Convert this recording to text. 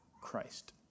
Christ